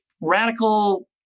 radical